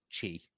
Chi